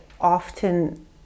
often